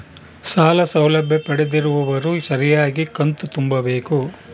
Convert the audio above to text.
ಸಾಲ ಸೌಲಭ್ಯ ಪಡೆದಿರುವವರು ಸರಿಯಾಗಿ ಕಂತು ತುಂಬಬೇಕು?